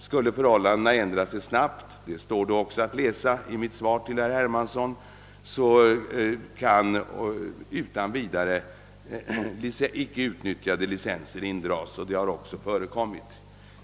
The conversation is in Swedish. Skulle förhållandena ändra sig snabbt — det har jag också sagt i mitt svar till herr Hermansson — kan utan vidare icke utnyttjade licenser indras, och detta har också förekommit.